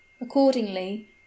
accordingly